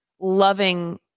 loving